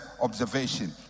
observation